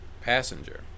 passenger